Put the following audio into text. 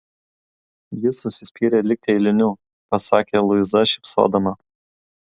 jis užsispyrė likti eiliniu pasakė luiza šypsodama